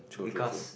true true true